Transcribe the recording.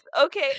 Okay